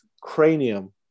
cranium